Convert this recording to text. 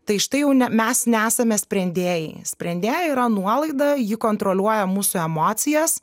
tai štai jau ne mes nesame sprendėjai sprendėja yra nuolaida ji kontroliuoja mūsų emocijas